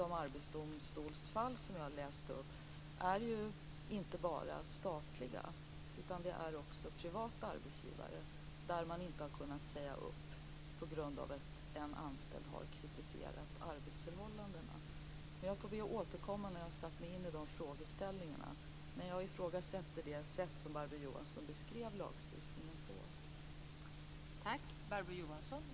De arbetsdomstolsfall som jag läste upp var ju inte bara statliga, utan det gäller också privata arbetsgivare där man inte har kunnat säga upp på grund av att en anställd har kritiserat arbetsförhållandena. Jag ber att få återkomma när jag har satt mig in i de frågeställningarna. Men jag ifrågasätter det sätt som Barbro Johansson beskrev lagstiftningen på.